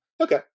Okay